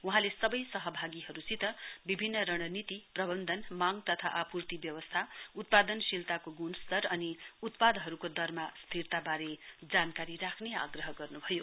वहाँले सबै सहभागीहरूसित विभिन्न रणनीति प्रबन्धन मांग तथा आपूर्ति व्यवस्था उत्पादनशीलताको गुणस्तर अनि उत्पादहरूको दर स्तिरताबारे जानकारी राख्ने आग्रह गर्नुभयो